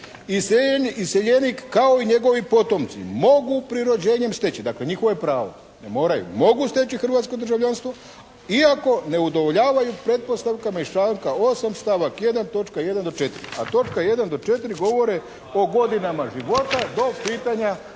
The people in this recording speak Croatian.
"Iseljenik kao i njegovi potomci mogu prirođenjem steći…", dakle njihovo je pravo, ne moraju, mogu steći hrvatsko državljanstvo iako ne udovoljavaju pretpostavkama iz članka 8. stavak 1. točka 1. do 4. A točka 1. do 4. govore o godinama života do pitanja